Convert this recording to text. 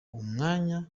umwanya